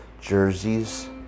jerseys